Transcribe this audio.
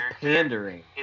pandering